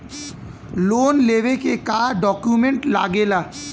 Loan लेवे के का डॉक्यूमेंट लागेला?